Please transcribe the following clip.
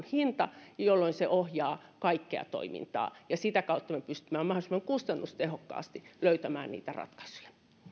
hinta jolloin se ohjaa kaikkea toimintaa ja me pystymme sitä kautta mahdollisimman kustannustehokkaasti löytämään niitä ratkaisuja